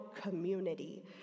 community